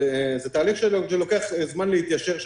אבל זה תהליך שלוקח זמן להתיישר,